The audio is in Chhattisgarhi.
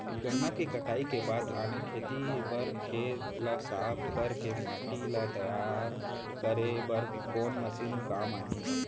गन्ना के कटाई के बाद आने खेती बर खेत ला साफ कर के माटी ला तैयार करे बर कोन मशीन काम आही?